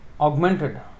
augmented